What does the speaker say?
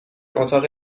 اتاق